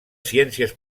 ciències